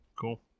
Cool